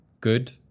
good